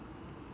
okay